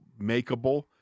makeable